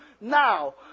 now